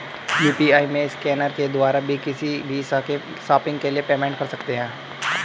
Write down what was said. UPI में scanner के द्वारा भी किसी भी शॉपिंग के लिए पेमेंट कर सकते है